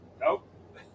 Nope